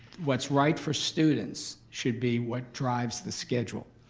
what's right for students should be what drives the schedule.